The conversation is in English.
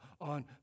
on